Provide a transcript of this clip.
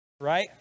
right